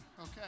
Okay